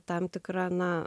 tam tikra na